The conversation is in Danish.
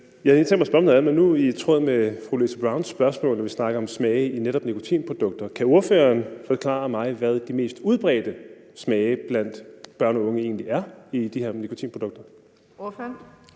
tænkt mig at spørge om noget andet, men i tråd med fru Louise Browns spørgsmål, når vi snakker om smage i netop nikotinprodukter, kan ordføreren så forklare mig, hvad de mest udbredte smage blandt børn og unge egentlig er i de her nikotinprodukter? Kl.